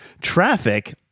Traffic